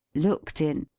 looked in,